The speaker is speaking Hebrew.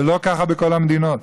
זה לא ככה בכל המדינות.